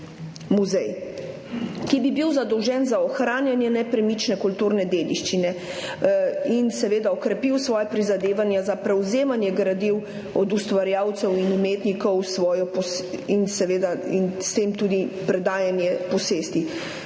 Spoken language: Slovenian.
ki bi bil zadolžen za ohranjanje nepremične kulturne dediščine in seveda okrepil svoja prizadevanja za prevzemanje gradiv od ustvarjalcev in umetnikov in s tem tudi predajanje posesti.